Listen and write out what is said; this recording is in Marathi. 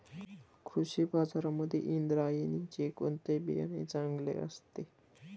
कृषी बाजारांमध्ये इंद्रायणीचे कोणते बियाणे चांगले असते?